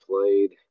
played